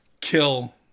kill